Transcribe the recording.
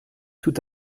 tout